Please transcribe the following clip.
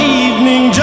evening